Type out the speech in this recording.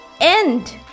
end